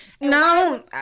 no